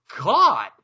God